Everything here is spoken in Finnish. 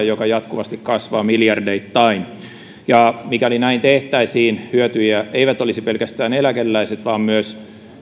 ja joka jatkuvasti kasvaa miljardeittain mikäli näin tehtäisiin hyötyjiä eivät olisi pelkästään eläkeläiset vaan myös